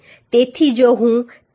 તેથી જો હું P નું મૂલ્ય 6